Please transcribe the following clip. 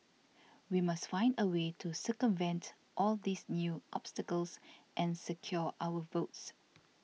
we must find a way to circumvent all these new obstacles and secure our votes